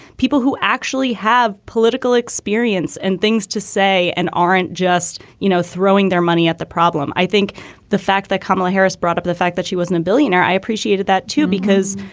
people who actually have political experience and things to say and aren't just, you know, throwing their money at the problem. i think the fact that kamala harris brought up the fact that she wasn't a billionaire, i appreciated that, too, because,